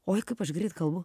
oi kaip aš greit kalbu